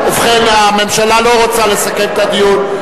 ובכן, הממשלה לא רוצה לסכם את הדיון.